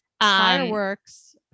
fireworks